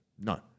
no